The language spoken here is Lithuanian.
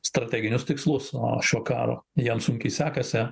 strateginius tikslus a šo karo jam sunkiai sekasi